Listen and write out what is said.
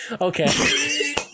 Okay